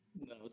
No